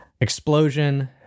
explosion